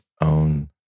own